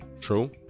True